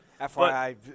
FYI